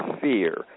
fear